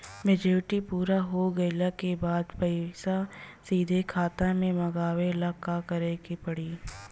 Maturity पूरा हो गइला के बाद पईसा सीधे खाता में मँगवाए ला का करे के पड़ी?